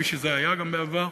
כפי שזה היה גם בעבר.